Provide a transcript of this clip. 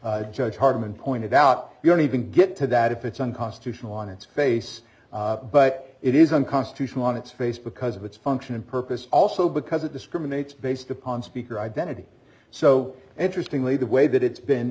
judged hartmann pointed out you don't even get to that if it's unconstitutional on its face but it is unconstitutional on its face because of its function and purpose also because it discriminates based upon speaker identity so interestingly the way that it's been